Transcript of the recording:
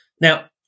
Now